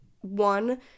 one